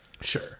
Sure